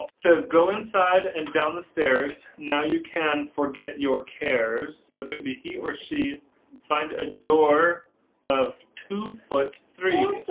says go inside and down the stairs now you can forget your cares but it'd be he or she find a door of. two foot three